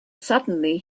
suddenly